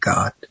God，